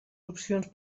opcions